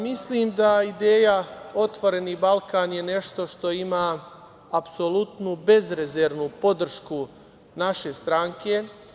Mislim da je ideja otvoreni Balkan nešto što ima apsolutnu bezrezervnu podršku naše stranke.